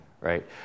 right